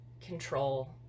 control